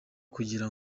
kugira